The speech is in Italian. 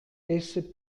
esse